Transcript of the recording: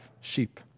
sheep